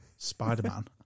Spider-Man